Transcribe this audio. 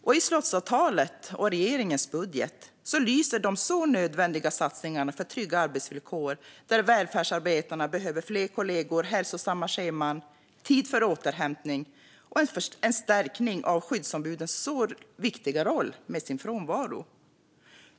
I slottsavtalet och i regeringens budget lyser de nödvändiga satsningarna på trygga arbetsvillkor - välfärdsarbetarna behöver fler kollegor, hälsosamma scheman, tid för återhämtning och en förstärkning av skyddsombudens viktiga roll - med sin frånvaro.